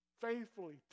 faithfully